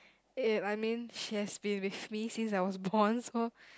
eh I mean she has been with me since I was born so